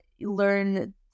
learn